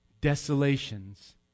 Desolations